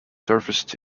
surfaced